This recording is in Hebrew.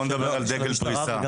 בוא נדבר על דגל פריסה.